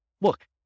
look